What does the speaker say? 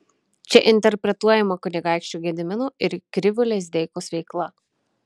čia interpretuojama kunigaikščio gedimino ir krivio lizdeikos veikla